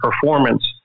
performance